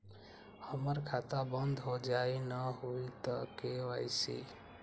हमर खाता बंद होजाई न हुई त के.वाई.सी?